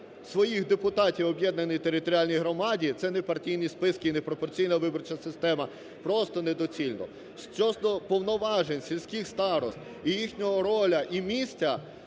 своїх депутатів об'єднаній територіальній громаді, це непартійні списки і непропорційна виборча система, просто недоцільно. Щодо повноважень сільських старост і їхньої ролі, і місця